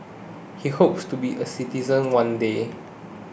he hopes to be a citizen one day